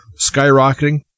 skyrocketing